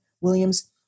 Williams